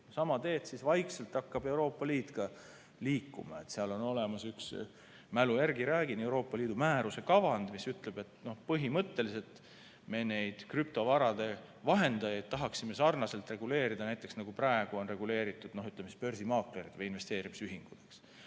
Sama teed siis vaikselt hakkab Euroopa Liit ka liikuma. Seal on olemas üks – mälu järgi räägin – Euroopa Liidu määruse kavand, mis ütleb, et põhimõtteliselt me neid krüptovarade vahendajaid tahaksime sarnaselt reguleerida, näiteks nagu praegu on reguleeritud börsimaaklerid või investeerimisühingud.